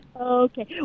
Okay